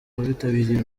bitabiriye